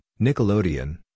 Nickelodeon